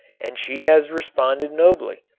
and she has responded nobly.